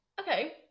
okay